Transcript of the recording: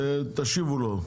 תשיבו לו.